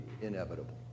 inevitable